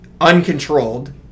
uncontrolled